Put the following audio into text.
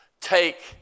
take